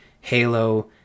Halo